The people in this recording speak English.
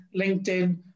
LinkedIn